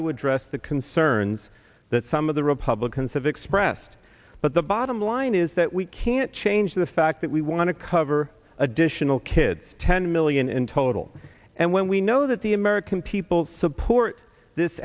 to address the concerns that some of the republicans have expressed but the bottom line is that we can't change the fact that we want to cover additional kids ten million in total and when we know that the american people support this